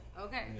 Okay